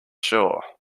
sure